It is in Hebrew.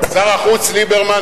שר החוץ ליברמן,